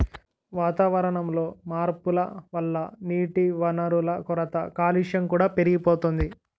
వాతావరణంలో మార్పుల వల్ల నీటివనరుల కొరత, కాలుష్యం కూడా పెరిగిపోతోంది